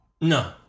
No